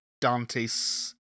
Dante's